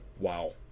Wow